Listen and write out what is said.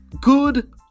Good